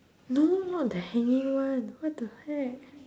no not the hanging one what the heck